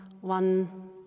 one